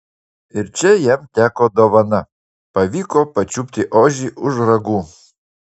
ir čia jam teko dovana pavyko pačiupti ožį už ragų